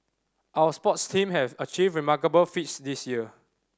our sports teams have achieved remarkable feats this year